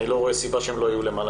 אני לא רואה סיבה שהם לא יהיו למעלה